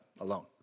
alone